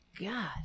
god